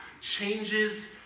changes